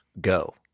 go